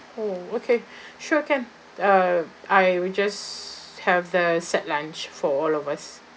oh okay sure can err I will just have the set lunch for all of us